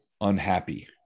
unhappy